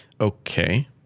Okay